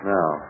Now